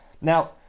Now